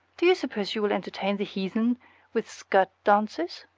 do you suppose she will entertain the heathen with skirt dances?